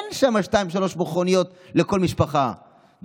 אין שם שתיים-שלוש מכוניות לכל משפחה,